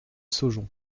saujon